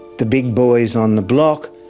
the big boys on the block,